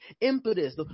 impetus